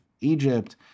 egypt